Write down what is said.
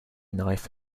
knife